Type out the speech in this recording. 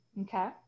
Okay